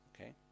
Okay